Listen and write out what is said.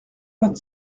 vingt